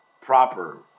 proper